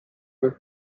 with